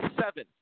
Seven